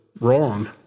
wrong